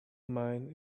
mine